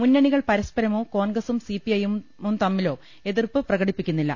മുന്നണികൾ പര സ്പരമോ കോൺഗ്രസും സിപിഐഎമ്മും തമ്മിലോ എതിർപ്പ് പ്രകടിപ്പിക്കുന്നില്ല